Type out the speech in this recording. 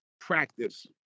practice